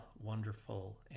wonderful